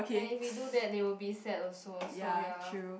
and if we do that they will be sad also so ya